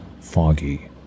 foggy